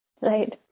Right